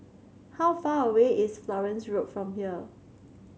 how far away is Florence Road from here